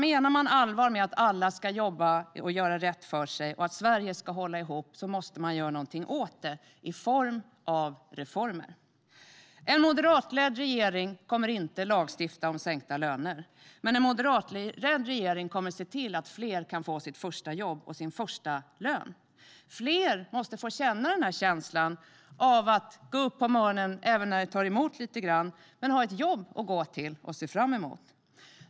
Om man menar allvar med att alla ska jobba och göra rätt för sig och att Sverige ska hålla ihop måste man göra något åt detta, i form av reformer. En moderatledd regering kommer inte att lagstifta om sänkta löner, men en moderatledd regering kommer att se till att fler kan få sitt första jobb och sin första lön. Fler måste få känna känslan av att gå upp på morgonen även när det tar emot lite grann och att ha ett jobb att gå till och se fram emot.